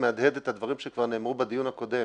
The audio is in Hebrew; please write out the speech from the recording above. מהדהד את הדברים שכבר נאמרו בדיון הקודם,